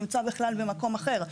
זה נמצא בכלל במקום אחר.